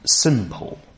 simple